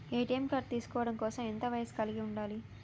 ATM card తీసుకోవడం కోసం ఎంత వయస్సు కలిగి ఉండాలి?